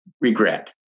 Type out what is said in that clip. regret